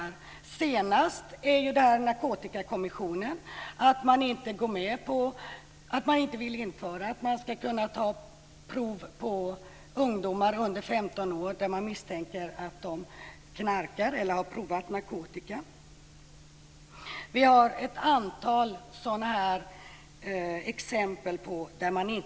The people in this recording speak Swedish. Det senaste är att Narkotikakommissionen inte vill genomföra att det ska kunna tas prov på ungdomar under 15 år som man misstänker vara knarkare eller ha provat narkotika.